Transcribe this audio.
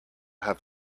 have